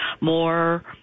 more